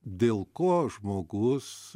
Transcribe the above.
dėl ko žmogus